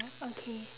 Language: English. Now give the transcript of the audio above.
okay